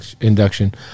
induction